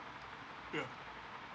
ya